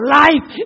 life